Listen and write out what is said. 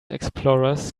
explorers